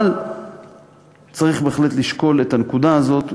אבל צריך בהחלט לשקול את הנקודה הזאת,